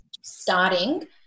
starting